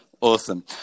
Awesome